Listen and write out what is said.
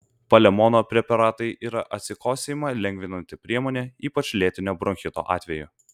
palemono preparatai yra atsikosėjimą lengvinanti priemonė ypač lėtinio bronchito atveju